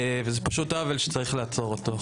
וזה פשוט עוול שצריך לעצור אותו.